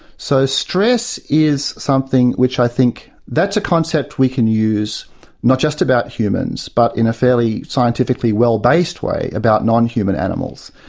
so stress is something which i think that's a concept we can use not just about humans, but in a fairly scientifically well-based way about non-human animals.